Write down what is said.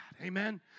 Amen